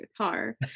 guitar